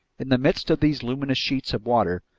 in the midst of these luminous sheets of water,